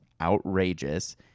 outrageous